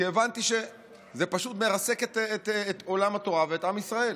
כי הבנתי שזה פשוט מרסק את עולם התורה ואת עם ישראל.